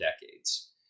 decades